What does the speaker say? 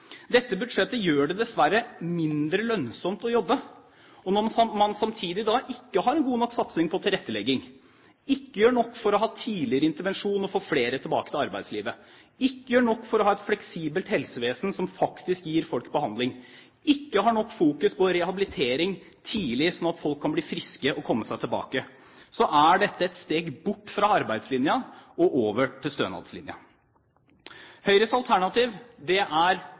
Dette budsjettet gjør det dessverre mindre lønnsomt å jobbe, og når man samtidig ikke har en god nok satsing på tilrettelegging, ikke gjør nok for å ha tidligere intervensjon og få flere tilbake til arbeidslivet, ikke gjør nok for å ha et fleksibelt helsevesen som faktisk gir folk behandling, ikke har nok fokus på rehabilitering tidlig sånn at folk kan bli friske og komme seg tilbake, er dette et steg bort fra arbeidslinja og over til stønadslinja. Høyres alternativ er